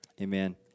Amen